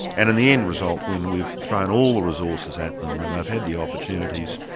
and in the end result, when we've thrown all the resources at them, when they've had the opportunities,